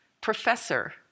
Professor